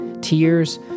tears